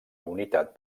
unitat